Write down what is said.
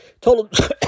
Total